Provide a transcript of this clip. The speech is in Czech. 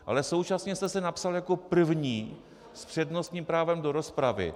Ale současně jste se napsal jako první s přednostním právem do rozpravy.